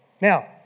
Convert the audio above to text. Now